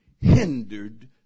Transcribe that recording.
hindered